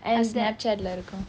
snapchat இல்ல இருக்கும்:illa irukkum